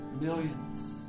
Millions